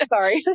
sorry